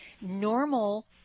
Normal